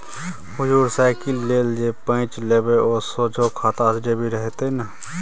हुजुर साइकिल लेल जे पैंच लेबय ओ सोझे खाता सँ डेबिट हेतेय न